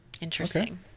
Interesting